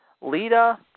Lita